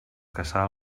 caçar